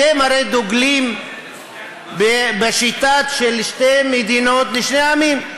אתם הרי דוגלים בשיטה של שתי מדינות לשני עמים.